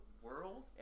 world